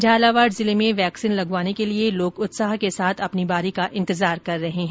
झालावाड़ जिले में वैक्सीन लगवाने के लिए लोग उत्साह के साथ अपनी बारी का इंतजार कर रहे हैं